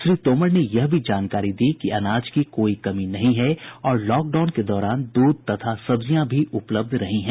श्री तोमर ने यह भी जानकारी दी कि अनाज की कोई कमी नहीं है और पूर्णबंदी के दौरान द्रध तथा सब्जियां भी उपलध रही हैं